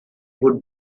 would